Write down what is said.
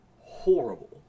horrible